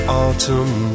autumn